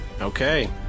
Okay